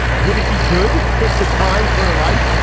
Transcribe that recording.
would it be good if the times were to write?